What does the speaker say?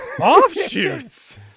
Offshoots